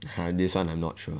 !huh! this [one] I'm not sure